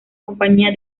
compañía